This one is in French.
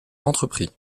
entrepris